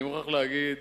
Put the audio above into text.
אני מוכרח להגיד